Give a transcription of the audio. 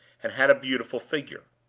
and had a beautiful figure.